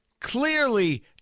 clearly